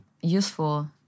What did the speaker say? Useful